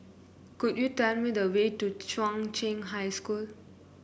could you tell me the way to Chung Cheng High School